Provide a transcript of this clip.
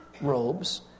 robes